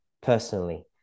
personally